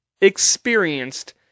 experienced